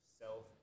self